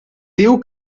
diu